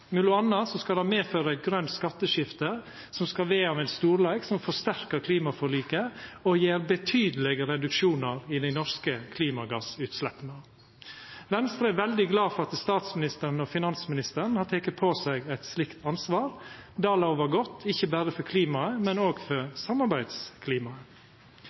anna skal det medføra eit grønt skatteskifte som skal vera av ein storleik som forsterkar klimaforliket og gjev betydelege reduksjonar i dei norske klimagassutsleppa. Venstre er veldig glad for at statsministeren og finansministeren har teke på seg eit slikt ansvar. Det lovar godt ikkje berre for klimaet, men